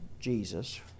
Jesus